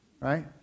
right